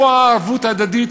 איפה הערבות ההדדית?